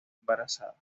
embarazada